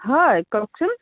হয় কওকচোন